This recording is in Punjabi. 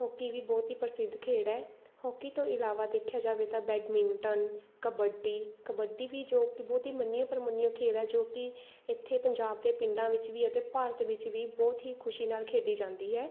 ਹੋਕੀ ਵੀ ਬਹੁਤ ਹੀ ਪ੍ਰਸਿੱਧ ਖੇਡ ਹੈ ਹੋਕੀ ਤੋਂ ਇਲਾਵਾ ਦੇਖਿਆ ਜਾਵੇ ਤਾਂ ਬੈਡਮਿੰਟਨ ਕਬੱਡੀ ਕਬੱਡੀ ਵੀ ਜੋ ਕਿ ਬਹੁਤ ਹੀ ਮੰਨਿਆ ਪ੍ਰਮੰਨਿਆ ਖੇਡ ਹੈ ਜੋ ਕਿ ਇੱਥੇ ਪੰਜਾਬ ਦੇ ਪਿੰਡਾਂ ਵਿੱਚ ਵੀ ਅਤੇ ਭਾਰਤ ਵਿੱਚ ਵੀ ਬਹੁਤ ਹੀ ਖੁਸ਼ੀ ਨਾਲ ਖੇਡੀ ਜਾਂਦੀ ਹੈ